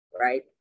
right